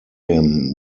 him